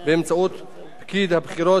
פקיד הבחירות שממנה שר הפנים.